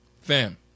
fam